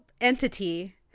entity